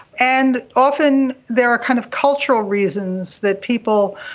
and often there are kind of cultural reasons that people,